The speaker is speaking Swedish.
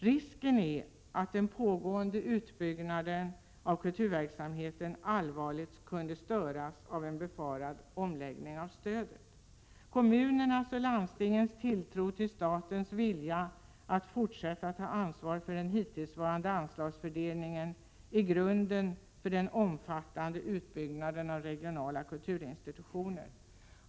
Risken är att den pågående utbyggnaden av kulturverksamheten allvarligt kunde störas av en befarad omläggning av stödet. Kommunernas och landstingens tilltro till statens vilja att fortsätta att ta ansvar för den hittillsvarande anslagsfördelningen är grunden för den omfattande utbyggnaden av regionala kulturinstitutioner.